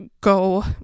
go